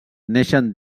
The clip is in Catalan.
neixen